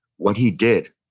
what he did,